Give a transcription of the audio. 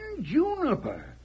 Juniper